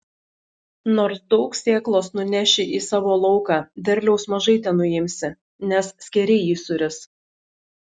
nors daug sėklos nuneši į savo lauką derliaus mažai tenuimsi nes skėriai jį suris